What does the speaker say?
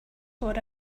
tore